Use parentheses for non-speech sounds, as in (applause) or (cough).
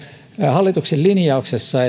hallituksen linjauksessa (unintelligible)